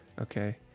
Okay